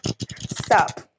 Stop